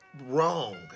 wrong